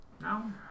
No